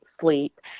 sleep